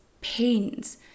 pains